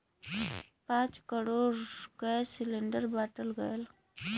पाँच crore gas cylinder बाँटल गएल